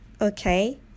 okay